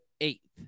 eighth